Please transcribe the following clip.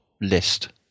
list